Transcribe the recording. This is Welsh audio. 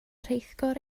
rheithgor